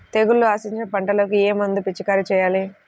తెగుళ్లు ఆశించిన పంటలకు ఏ మందు పిచికారీ చేయాలి?